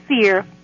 fear